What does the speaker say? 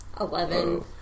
Eleven